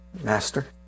master